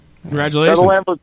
Congratulations